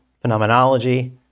phenomenology